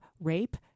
rape